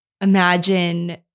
imagine